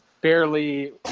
barely